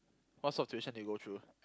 what sort of tuition do you go through